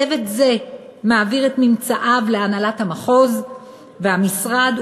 צוות זה מעביר את ממצאיו להנהלת המחוז והמשרד,